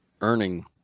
earning